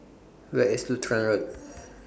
Where IS Lutheran Road